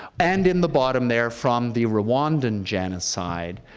and in the bottom there, from the rwandan genocide,